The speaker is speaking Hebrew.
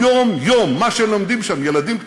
אז תודה בשם כל אותם דיינים בבתי-הדין הרבניים